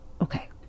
Okay